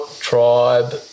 tribe